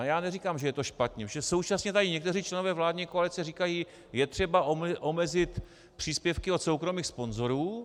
Já neříkám, že je to špatně, protože současně tady někteří členové vládní koalice říkají: Je třeba omezit příspěvky od soukromých sponzorů.